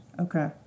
Okay